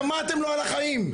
גמרתם לו על החיים.